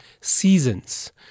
seasons